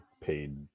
paid